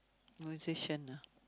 musician ah